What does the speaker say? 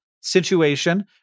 situation